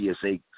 PSA